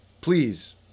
please